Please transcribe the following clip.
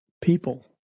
people